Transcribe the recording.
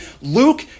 Luke